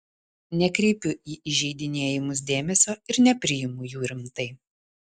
nekreipiu į įžeidinėjimus dėmesio ir nepriimu jų rimtai